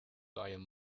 dying